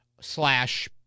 slash